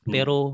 Pero